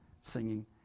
singing